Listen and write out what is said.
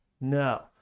No